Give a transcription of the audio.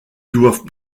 doivent